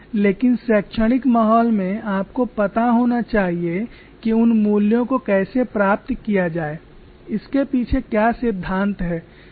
लेकिन शैक्षणिक माहौल में आपको पता होना चाहिए कि उन मूल्यों को कैसे प्राप्त किया जाए इसके पीछे क्या सिद्धांत हैं